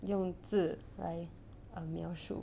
用字来 um 描述